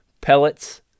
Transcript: pellets